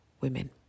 women